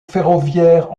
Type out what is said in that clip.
ferroviaire